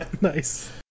Nice